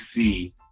see